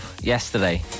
yesterday